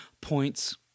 points